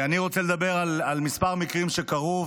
אני רוצה לדבר על מספר מקרים שקרו,